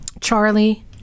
Charlie